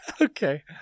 okay